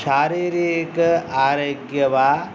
शारीरिक आरोग्य वा